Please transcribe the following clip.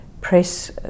press